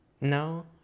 no